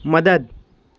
મદદ